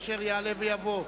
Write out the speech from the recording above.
אשר יעלה ויבוא.